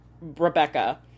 Rebecca